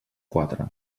quatre